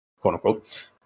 quote-unquote